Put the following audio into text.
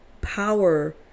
power